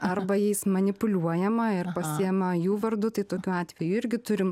arba jais manipuliuojama ir pasiima jų vardu tai tokių atvejų irgi turim